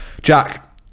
Jack